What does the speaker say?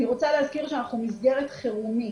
אני רוצה להזכיר שאנחנו מסגרת חירום.